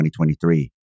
2023